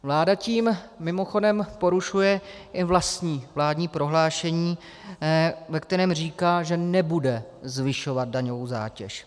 Vláda tím, mimochodem, porušuje i vlastní vládní prohlášení, ve kterém říká, že nebude zvyšovat daňovou zátěž.